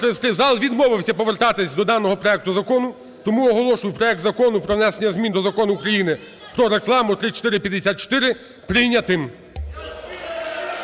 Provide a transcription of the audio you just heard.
Зал відмовився повертатись до даного проекту закону, тому оголошую проект Закону про внесення змін до Закону України "Про рекламу" (3454) прийнятим.